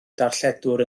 darlledwr